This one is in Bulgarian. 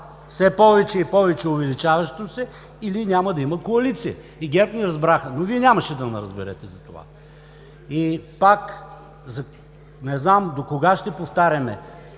все повече и повече увеличаващо се, или няма да има коалиция. И ГЕРБ ни разбраха, но Вие нямаше да ни разберете за това. Не зная до кога ще повтаряме,